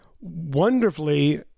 wonderfully